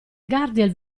gardiel